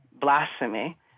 blasphemy